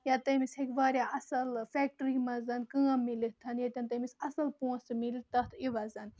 یا تٔمِس ہیٚکہِ واریاہ اَصٕل فیکٹِری منٛز کٲم مِلِتھ ییٚتٮ۪ن تٔمِس اَصٕل پونٛسہٕ مِلہِ تَتھ عِوز